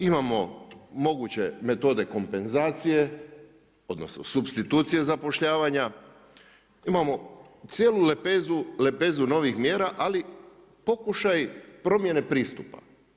Imamo moguće metode kompenzacije, odnosno, supstitucije zapošljavanja, imamo cijelu lepezu novih mjera ali pokušaj promjene pristupa.